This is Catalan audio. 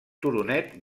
turonet